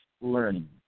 learning